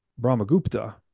Brahmagupta